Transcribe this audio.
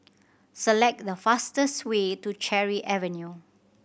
select the fastest way to Cherry Avenue